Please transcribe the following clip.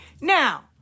Now